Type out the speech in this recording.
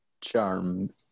charm